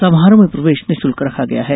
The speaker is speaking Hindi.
समारोह में प्रवेश निःशुल्क रखा गया है